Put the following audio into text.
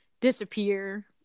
disappear